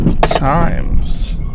times